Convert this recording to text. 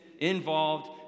involved